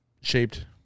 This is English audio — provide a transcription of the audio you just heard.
shaped